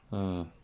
mm